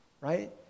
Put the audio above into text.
right